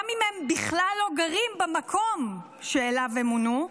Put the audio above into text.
גם אם הם בכלל לא גרים במקום שאליו הם מונו,